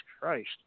Christ